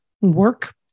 work